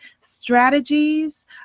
strategies